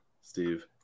Steve